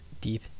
deep